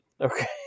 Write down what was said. Okay